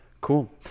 cool